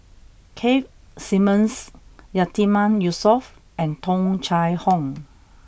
Keith Simmons Yatiman Yusof and Tung Chye Hong